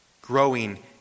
growing